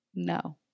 No